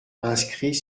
inscrit